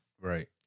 Right